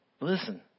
Listen